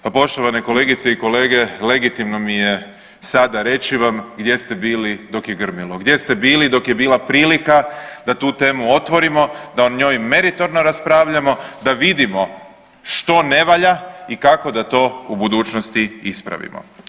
Pa poštovane kolegice i kolege legitimno mi je sada reći vam gdje ste bili dok je grmilo, gdje ste bili dok je bila prilika da tu temu otvorimo, da o njoj meritorno raspravljamo da vidimo što ne valja i kako da to u budućnosti ispravimo.